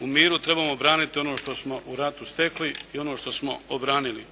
u miru trebamo braniti ono što smo u ratu stekli i ono što smo obranili.